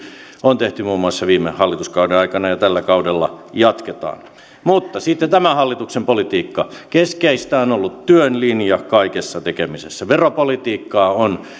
on tehty muun muassa viime hallituskauden aikana ja tällä kaudella jatketaan mutta sitten tämän hallituksen politiikka keskeistä on ollut työn linja kaikessa tekemisessä veropolitiikkaa on